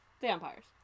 vampires